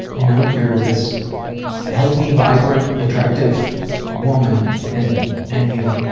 you know you're this healthy, vibrant, attractive woman. and and you